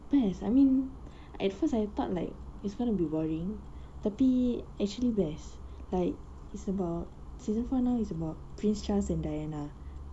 best I mean at first I thought like it's gonna be boring tapi actually best like it's about season four now is about prince charles and diana